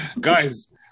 Guys